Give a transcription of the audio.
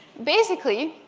basically,